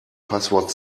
passwort